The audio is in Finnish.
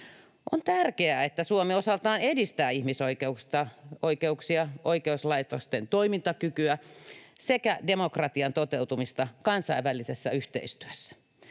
On tärkeää, että Suomi osaltaan edistää ihmisoikeuksia, oikeuslaitosten toimintakykyä sekä demokratian toteutumista kansainvälisessä yhteistyössä.